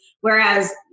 Whereas